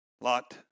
Lot